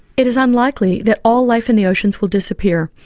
it is unlikely that all life in the oceans will disappear,